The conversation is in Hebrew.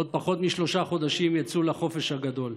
בעוד פחות משלושה חודשים הם יצאו לחופש הגדול.